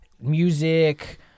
music